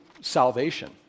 salvation